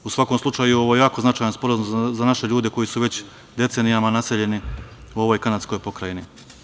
U svakom slučaju, ovo je jako značajan Sporazum za naše ljude koji su već decenijama naseljeni u ovoj kanadskoj pokrajini.